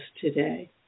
today